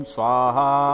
Swaha